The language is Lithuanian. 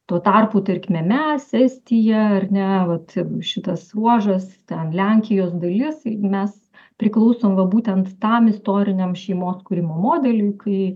tuo tarpu tarkime mes estija ar ne vat šitas ruožas ten lenkijos dalis i mes priklausom va būtent tam istoriniam šeimos kūrimo modeliui kai